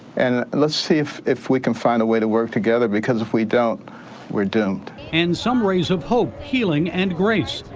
and ah let's see if if we can find a way to work together because if we don't we are doomed. reporter and some rays of hope, healing and grace,